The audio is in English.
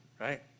right